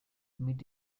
meat